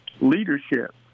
leadership